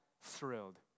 thrilled